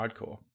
hardcore